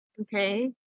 Okay